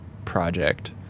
project